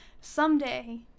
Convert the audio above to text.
Someday